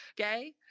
okay